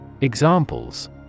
Examples